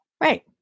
Right